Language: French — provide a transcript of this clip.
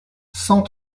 cent